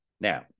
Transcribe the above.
Now